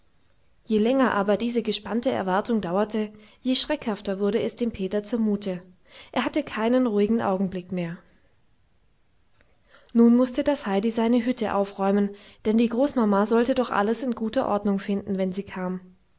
je länger aber diese gespannte erwartung dauerte je schreckhafter wurde es dem peter zumute er hatte keinen ruhigen augenblick mehr nun mußte das heidi seine hütte aufräumen denn die großmama sollte doch alles in guter ordnung finden wenn sie kam